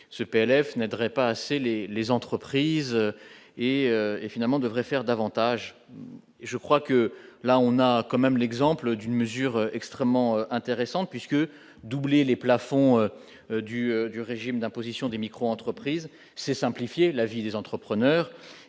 ce PLF n'aiderait pas assez les les entreprises et et finalement devrait faire davantage, je crois que là on a quand même l'exemple d'une mesure extrêmement intéressante puisque doubler les plafonds du du régime d'imposition des micro-entreprises, c'est simplifier la vie des entrepreneurs